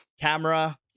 camera